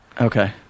Okay